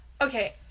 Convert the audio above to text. Okay